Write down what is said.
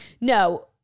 No